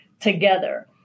together